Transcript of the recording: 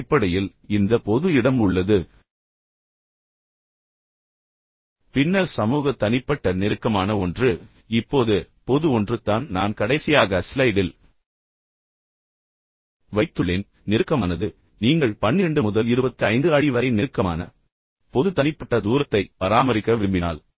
அடிப்படையில் இந்த பொது இடம் உள்ளது பின்னர் சமூக தனிப்பட்ட நெருக்கமான ஒன்று இப்போது பொது ஒன்று தான் நான் கடைசியாக ஸ்லைடில் வைத்துள்ளேன் நெருக்கமானது நீங்கள் 12 முதல் 25 அடி வரை நெருக்கமான பொது தனிப்பட்ட தூரத்தை பராமரிக்க விரும்பினால்